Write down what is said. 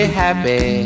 happy